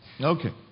Okay